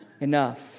enough